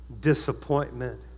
disappointment